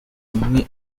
umwe